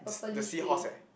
the seahorse eh